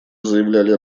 заявляли